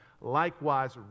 likewise